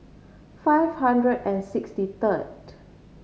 five hundred and sixty third